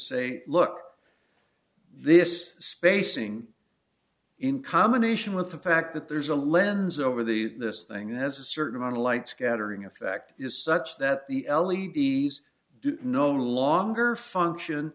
say look this spacing in combination with the fact that there's a lens over the this thing that has a certain amount of light scattering effect is such that the l e d's no longer function